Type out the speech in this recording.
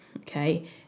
Okay